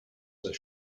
their